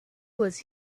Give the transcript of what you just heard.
was